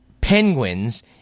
penguins